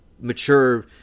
mature